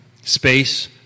space